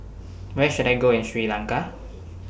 Where should I Go in Sri Lanka